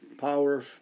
power